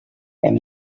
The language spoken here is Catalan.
hem